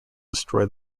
destroy